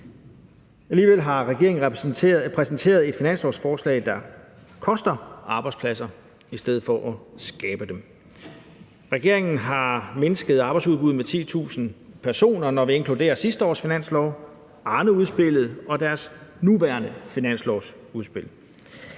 Alligevel har regeringen præsenteret et finanslovsforslag, der koster arbejdspladser i stedet for at skabe dem. Regeringen har mindsket arbejdsudbuddet med 10.000 personer, når man inkluderer sidste års finanslov, Arneudspillet og dens nuværende finanslovsudspil.